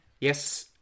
yes